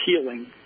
healing